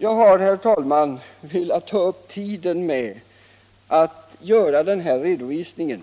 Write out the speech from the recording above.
Jag har, herr talman, velat ta upp tiden med denna redovisning